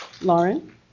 Lauren